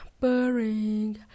Boring